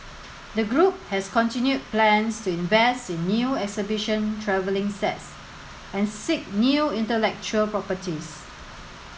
the group has continued plans to invest in new exhibition travelling sets and seek new intellectual properties